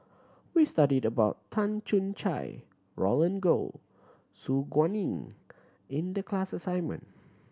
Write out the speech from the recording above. we studied about Tan Choo Kai Roland Goh Su Guaning in the class assignment